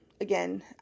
Again